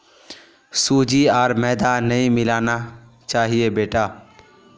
सूजी आर मैदा नई मिलाना चाहिए बेटा